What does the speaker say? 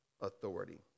authority